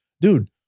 dude